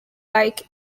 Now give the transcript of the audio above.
aid